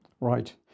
Right